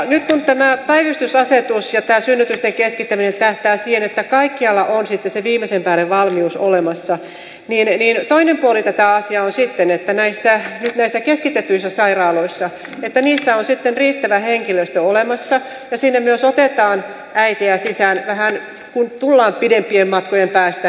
nyt kun tämä päivystysasetus ja tämä synnytysten keskittäminen tähtää siihen että kaikkialla on sitten se viimeisen päälle valmius olemassa niin toinen puoli tätä asiaa on että nyt näissä keskitetyissä sairaaloissa on riittävä henkilöstö olemassa ja sinne myös otetaan äitejä sisään kun tullaan pidempien matkojen päästä